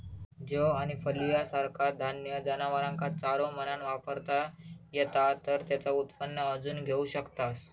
जौ आणि फलिया सारखा धान्य जनावरांका चारो म्हणान वापरता येता तर तेचा उत्पन्न अजून घेऊ शकतास